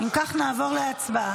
אם כך, נעבור להצבעה.